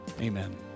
Amen